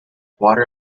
water